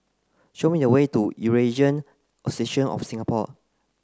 show me the way to Eurasian Association of Singapore